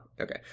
okay